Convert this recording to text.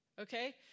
okay